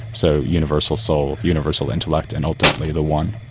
so universal soul, universal intellect and ultimately the one.